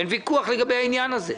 אין ויכוח על העניין הזה.